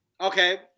Okay